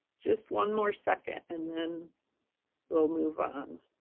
just one more second, and then we'll move on.